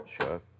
Sure